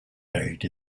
buried